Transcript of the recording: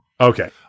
Okay